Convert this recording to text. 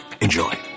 Enjoy